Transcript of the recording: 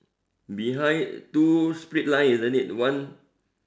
behind two split line isn't it one